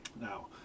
Now